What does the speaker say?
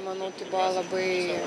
manau tai buvo labai